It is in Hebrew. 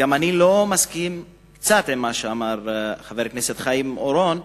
אני גם קצת לא מסכים עם מה שאמר חבר הכנסת חיים אורון,